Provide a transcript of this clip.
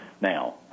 Now